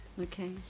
Okay